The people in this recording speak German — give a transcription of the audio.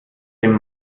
den